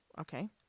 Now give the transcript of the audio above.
okay